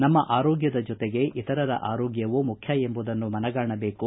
ನಮ್ಮ ಆರೋಗ್ಭದ ಜೊತೆಗೆ ಇತರರ ಆರೋಗ್ಭವೂ ಮುಖ್ಯ ಎಂಬುದನ್ನು ಮನಗಾಣಬೇಕು